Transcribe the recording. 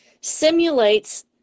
simulates